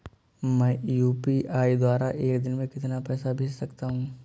मैं यू.पी.आई द्वारा एक दिन में कितना पैसा भेज सकता हूँ?